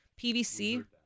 PVC